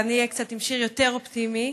אבל אני אהיה עם שיר קצת יותר אופטימי,